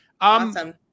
Awesome